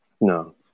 no